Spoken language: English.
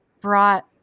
brought